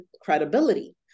credibility